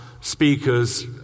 speakers